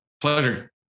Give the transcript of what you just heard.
Pleasure